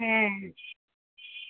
হ্যাঁ